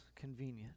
convenient